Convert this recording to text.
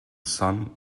sun